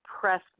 press